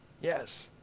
Yes